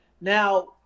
now